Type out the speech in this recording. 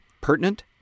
Pertinent